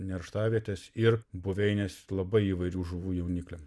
nerštavietes ir buveines labai įvairių žuvų jaunikliam